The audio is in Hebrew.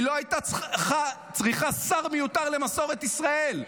היא לא הייתה צריכה שר מיותר למסורת ישראל,